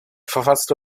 verfasste